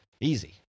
Easy